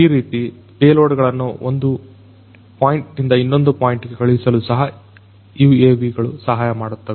ಈ ರೀತಿ ಪೇಲೋಡ್ ಗಳನ್ನ ಒಂದು ಪಾಯಿಂಟ್ ನಿಂದ ಇನ್ನೊಂದು ಪಾಯಿಂಟ್ ಗೆ ಕಳುಹಿಸಲು ಸಹ UAV ಗಳು ಸಹಾಯಮಾಡುತ್ತವೆ